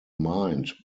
mind